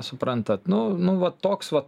suprantat nu nu va toks vat